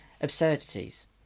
absurdities